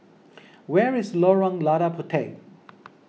where is Lorong Lada Puteh